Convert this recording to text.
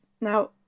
now